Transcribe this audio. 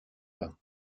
peints